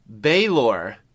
Baylor